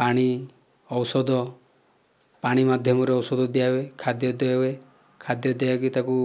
ପାଣି ଔଷଧ ପାଣି ମାଧ୍ୟମରେ ଔଷଧ ଦିଆ ହୁଏ ଖାଦ୍ୟ ଦିଆ ହୁଏ ଖାଦ୍ୟ ଦିଆ ହେଇକି ତାକୁ